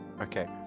Okay